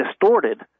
distorted